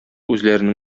үзләренең